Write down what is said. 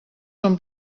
són